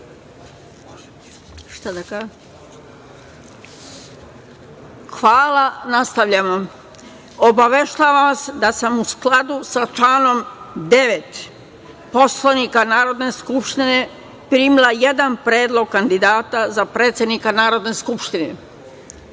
Hvala. Obaveštavam vas da sam, u skladu sa članom 9. Poslovnika Narodne skupštine, primila jedan predlog kandidata za predsednika Narodne skupštine. Predlog